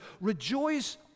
rejoice